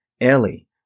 Ellie